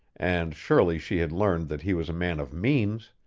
and surely she had learned that he was a man of means,